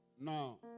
Now